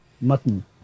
mutton